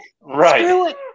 Right